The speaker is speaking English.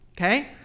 okay